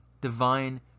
divine